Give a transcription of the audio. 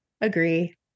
agree